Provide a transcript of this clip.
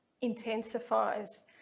intensifies